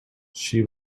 she